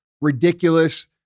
ridiculous